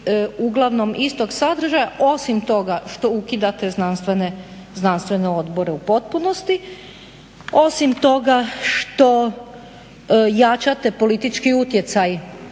uglavnom istog sadržaja. Osim toga što ukidate znanstvene odbore u potpunosti, osim što jačate politički utjecaj